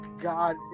God